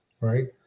right